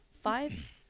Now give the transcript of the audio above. five